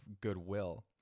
goodwill